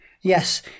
yes